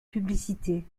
publicité